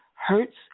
hurts